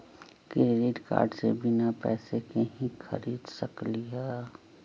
Credit card से बिना पैसे के ही खरीद सकली ह?